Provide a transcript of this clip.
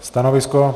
Stanovisko?